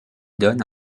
donne